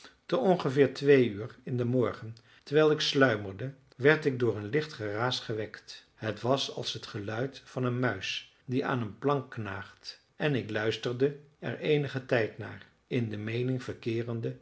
te ongeveer twee uur in den morgen terwijl ik sluimerde werd ik door een licht geraas gewekt het was als het geluid van een muis die aan een plank knaagt en ik luisterde er eenigen tijd naar in de meening verkeerende